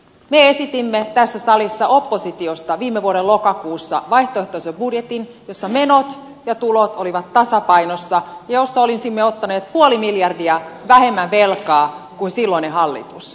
me esitimme tässä salissa oppositiosta viime vuoden lokakuussa vaihtoehtoisen budjetin jossa menot ja tulot olivat tasapainossa ja jossa olisimme ottaneet puoli miljardia vähemmän velkaa kuin silloinen hallitus